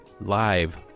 live